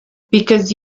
because